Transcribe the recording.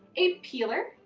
a peeler,